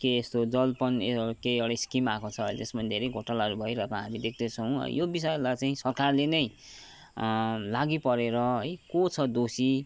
के यस्तो जल पन के एउटा स्किम आएको छ त्यसमा धेरै घोटालाहरू भइरहेको हामी देख्दैछौँ यो विषयलाई चाहिँ सरकारले नै लागी परेर है को छ दोषी